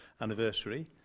anniversary